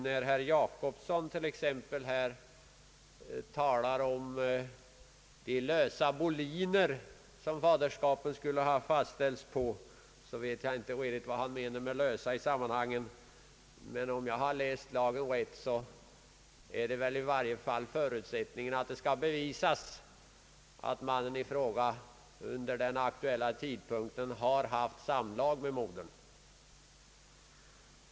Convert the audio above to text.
När herr Jacobsson talade om de lösa boliner på vilka faderskap skulle ha fastställts, undrade jag vad han menar med lösa. Om jag har läst lagen rätt, så skall fastställandet av faderskap bygga på att det i alla fall är bevisat att mannen i fråga under den aktuella tiden har haft samlag med modern.